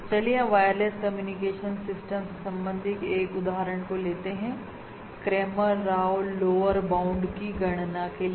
तो चलिए हम वायरलेस कम्युनिकेशन सिस्टम से संबंधित एक उदाहरण को लेते हैं क्रेमर राव लोअर बाउंड की गणना के लिए